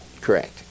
Correct